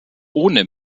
ohne